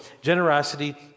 generosity